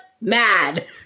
mad